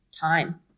time